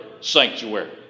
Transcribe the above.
sanctuary